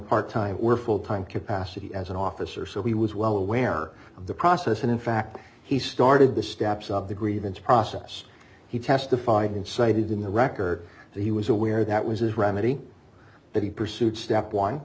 part time were full time capacity as an officer so he was well aware of the process and in fact he started the steps of the grievance process he testified in cited in the record that he was aware that was his remedy that he pursued step one